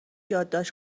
یادداشت